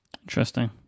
Interesting